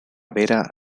vera